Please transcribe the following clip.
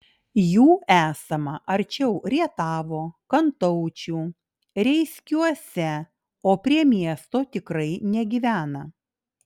jų esama arčiau rietavo kantaučių reiskiuose o prie miesto tikrai negyvena